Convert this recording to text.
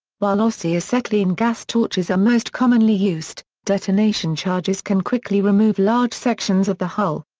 while oxy-acetylene gas-torches are most commonly used, detonation charges can quickly remove large sections of the hull.